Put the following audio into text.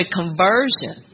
conversion